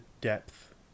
depth